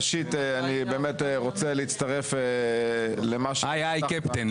ראשית אני רוצה להצטרף למה --- היי היי קפטן.